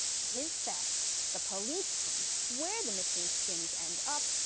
his theft, the police hunt, where the missing skins end up,